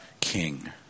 king